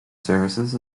services